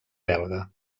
belga